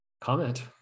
comment